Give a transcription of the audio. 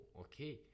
okay